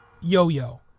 Yo-Yo